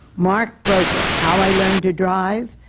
mark brokaw, how i learned to drive.